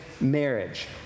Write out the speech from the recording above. marriage